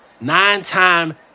Nine-time